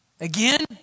again